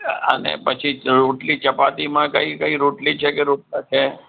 અને પછી રોટલી ચપાટીમાં કઈ કઈ રોટલી છે કે રોટલાં છે